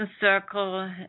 circle